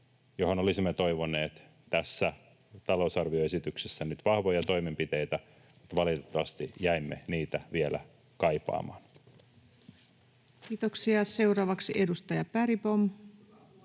johon olisimme toivoneet tässä talousarvioesityksessä nyt vahvoja toimenpiteitä, mutta valitettavasti jäimme niitä vielä kaipaamaan. [Speech 556] Speaker: Ensimmäinen